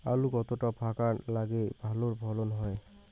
আলু কতটা ফাঁকা লাগে ভালো ফলন হয়?